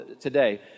today